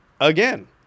again